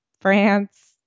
France